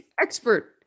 expert